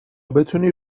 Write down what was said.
بتونی